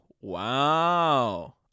wow